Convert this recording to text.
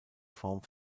form